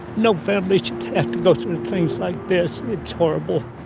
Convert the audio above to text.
no family should have to go through things like this, it's horrible.